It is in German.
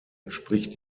entspricht